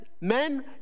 men